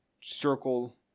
circle